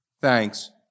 Thanks